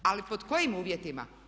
Ali pod kojim uvjetima?